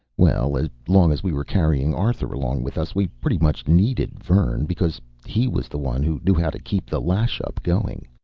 well, as long as we were carrying arthur along with us, we pretty much needed vern, because he was the one who knew how to keep the lash-up going.